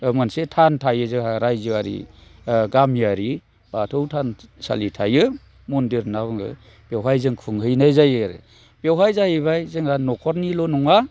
मोनसे थान थायो जोंहा रायजोआरि गामियारि बाथौ थानसालि थायो मन्दिर होनना बुङो बेवहाय जों खुंहैनाय जायो आरो बेवहाय जाहैबाय जोंहा न'खरनिल' नङा